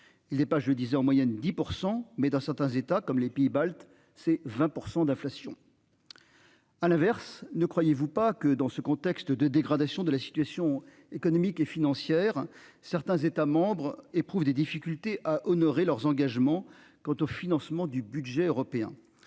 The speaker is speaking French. Il n'est pas je disais en moyenne 10% mais dans certains états, comme les pays baltes, c'est 20% d'inflation. À l'inverse, ne croyez-vous pas que dans ce contexte de dégradation de la situation économique et financière. Certains États éprouvent des difficultés à honorer leurs engagements quant au financement du budget européen.